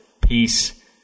Peace